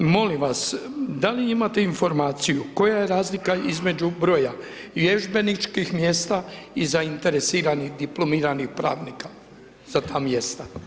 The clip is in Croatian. Molim vas da li imate informaciju koja je razlika između broja između vježbeničkih mjesta i zainteresiranih diplomiranih pravnika za ta mjesta?